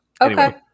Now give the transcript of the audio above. Okay